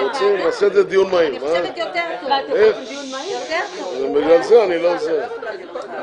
יבואו נציגי משרד ראש הממשלה ויגידו: לא היו דברים מעולם,